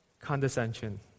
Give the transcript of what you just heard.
condescension